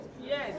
Yes